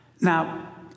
Now